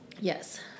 Yes